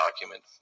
document